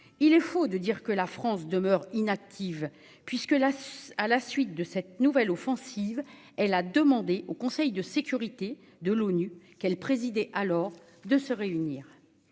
Il est faux de dire que la France demeure inactive, puisque, à la suite de cette nouvelle offensive, elle a demandé au Conseil de sécurité de l'ONU, qu'elle présidait alors, de se réunir.